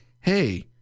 hey